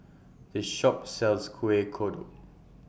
This Shop sells Kueh Kodok